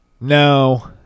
No